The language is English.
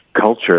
culture